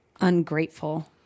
ungrateful